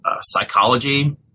psychology